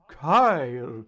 Kyle